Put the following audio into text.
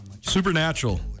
Supernatural